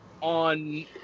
on